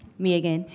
me, again.